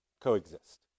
coexist